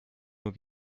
nur